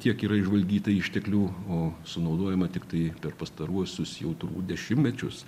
tiek yra išžvalgyta išteklių o sunaudojama tiktai per pastaruosius jau turbūt dešimtmečius